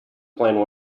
plan